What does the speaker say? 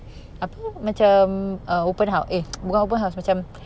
apa macam err open house eh bukan open house macam